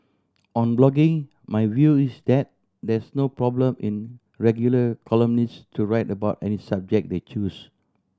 on blogging my view is that there's no problem in regular columnists to write about any subject they choose